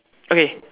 okay